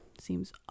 Seems